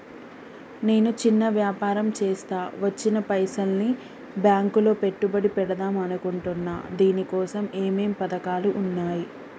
నేను చిన్న వ్యాపారం చేస్తా వచ్చిన పైసల్ని బ్యాంకులో పెట్టుబడి పెడదాం అనుకుంటున్నా దీనికోసం ఏమేం పథకాలు ఉన్నాయ్?